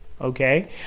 okay